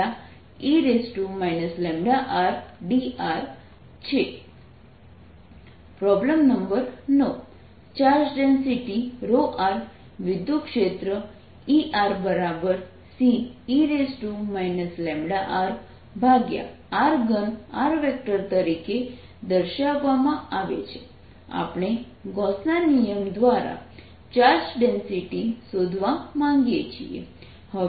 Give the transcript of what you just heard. ds|outer surface4πCe λRdR4πCe λRe λdR4πCe λR1 λdR 4πCλe λRdR problem number 9 charge density વિદ્યુતક્ષેત્ર ErCe λ rr3r તરીકે દર્શાવવામાં આવે છે આપણે ગોસના નિયમ દ્વારા ચાર્જ ડેન્સિટી શોધવા માંગીએ છીએ